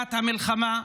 הפסקת מלחמה,